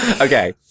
Okay